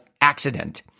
accident